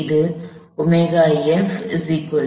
இது ωf 6